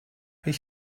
ich